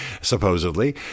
supposedly